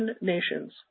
nations